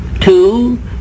two